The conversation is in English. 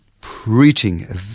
preaching